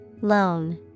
Loan